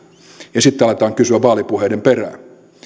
ja sitten aletaan kysyä vaalipuheiden perään